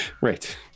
Right